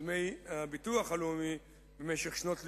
דמי ביטוח לאומי במשך שנות לימודיהם,